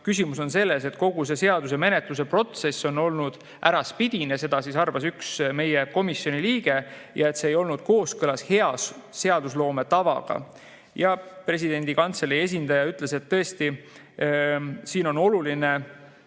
Küsimus on selles, et kogu see seaduse menetluse protsess on olnud äraspidine – seda arvas üks meie komisjoni liige – ja see ei olnud kooskõlas hea seadusloome tavaga. Presidendi kantselei esindaja ütles, et tõesti siin on oluline